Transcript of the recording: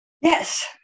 Yes